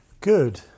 good